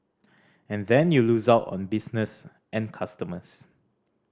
and then you lose out on business and customers